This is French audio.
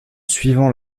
suivant